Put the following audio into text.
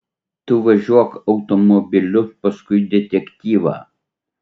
tu važiuok automobiliu paskui detektyvą